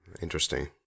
interesting